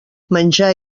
menjar